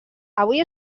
avui